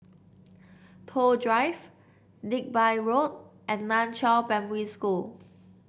Toh Drive Digby Road and Nan Chiau Primary School